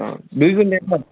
অঁ দুই কুইণ্টেল হয়